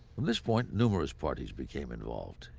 this point, numerous parties became involved,